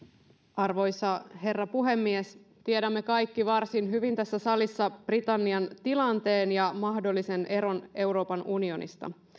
arvoisa herra puhemies tiedämme kaikki varsin hyvin tässä salissa britannian tilanteen ja mahdollisen eron euroopan unionista